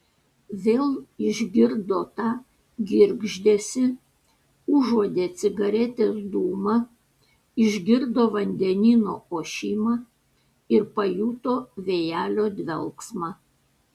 vėl išgirdo tą girgždesį užuodė cigaretės dūmą išgirdo vandenyno ošimą ir pajuto vėjelio dvelksmą